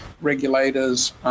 regulators